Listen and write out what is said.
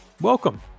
welcome